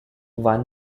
won